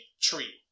tree